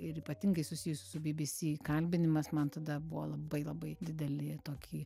ir ypatingai susijusių su bbc kalbinimas man tada buvo labai labai didelį tokį